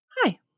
Hi